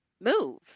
move